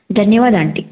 धन्यवाद अंटी